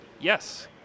yes